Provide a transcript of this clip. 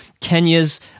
Kenya's